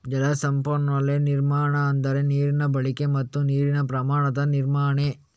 ಜಲ ಸಂಪನ್ಮೂಲ ನಿರ್ವಹಣೆ ಅಂದ್ರೆ ನೀರಿನ ಬಳಕೆ ಮತ್ತೆ ನೀರಿನ ಪ್ರಮಾಣದ ನಿರ್ವಹಣೆ